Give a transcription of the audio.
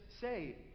say